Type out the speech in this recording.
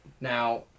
Now